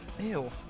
Ew